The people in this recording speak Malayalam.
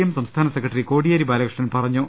എം സംസ്ഥാന സെക്രട്ടറി കോടി യേരി ബാലകൃഷ്ണൻ പറഞ്ഞു